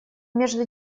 между